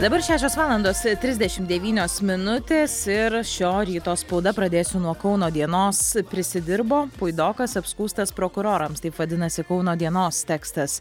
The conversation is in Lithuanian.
dabar šešios valandos trisdešimt devynios minutės ir šio ryto spauda pradėsiu nuo kauno dienos prisidirbo puidokas apskųstas prokurorams taip vadinasi kauno dienos tekstas